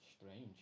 Strange